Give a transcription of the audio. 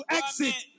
exit